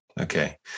Okay